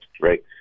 right